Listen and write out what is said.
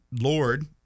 Lord